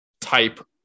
type